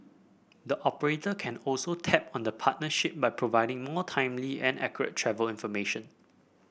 the operator can also tap on the partnership by providing more timely and accurate travel information